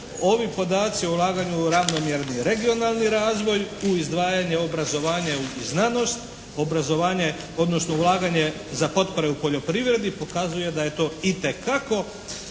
ovi podaci o ulaganju u ravnomjerni i regionalni razvoj, u izdvajanje obrazovanje i znanost. Obrazovanje odnosno ulaganje za potpore u poljoprivredi pokazuje da je to itekako